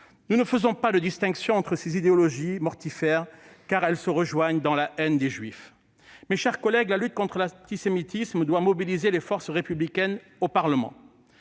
Nous ne faisons pas de distinction, car ces idéologies mortifères se rejoignent dans la haine des juifs. Mes chers collègues, la lutte contre l'antisémitisme doit mobiliser les forces républicaines au Parlement.